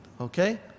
okay